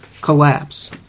collapse